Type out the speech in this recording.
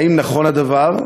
1. האם נכון הדבר?